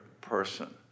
person